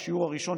השיעור הראשון,